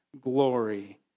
glory